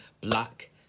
black